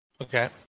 Okay